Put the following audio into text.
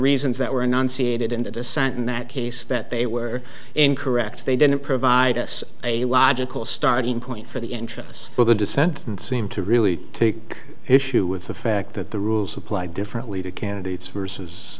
dissent in that case that they were incorrect they didn't provide us a logical starting point for the interests of the dissent and seem to really i take issue with the fact that the rules apply differently to candidates versus